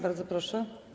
Bardzo proszę.